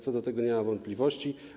Co do tego nie ma wątpliwości.